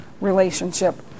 relationship